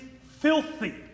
filthy